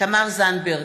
תמר זנדברג,